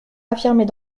affirmer